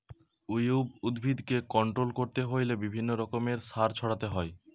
weed উদ্ভিদকে control করতে হইলে বিভিন্ন রকমের সার ছড়াতে হয়